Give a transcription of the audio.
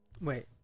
Wait